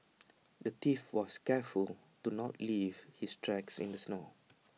the thief was careful to not leave his tracks in the snow